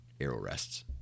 Arrowrests